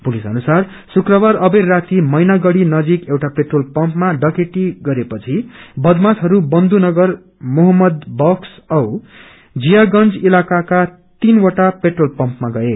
police अनुसार शुक्रबार अवेर राति मैागढ़ी नजिक एउटा पेट्रोल पम्पमा डकैती गरेपछि बदमाशहरू बन्धुनगर मोम्मदवक्स औ जियागंज इलाकाका तीनवटा पेट्रोल पम्पामा गए